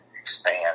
expand